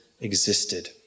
existed